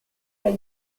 kaj